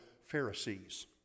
Pharisees